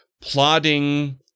plodding